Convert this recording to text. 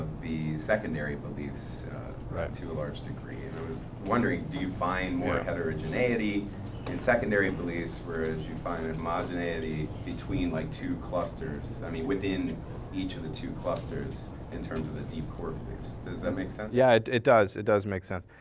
the secondary beliefs right. to a large degree and i was wondering do you find more heterogeneity in secondary beliefs whereas you find homogeneity between like two clusters, i mean, within each of the two clusters in terms of the deep core beliefs. does that make sense? yeah, it does. it does make sense.